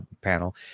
panel